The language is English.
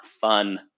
fun